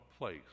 place